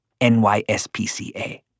NYSPCA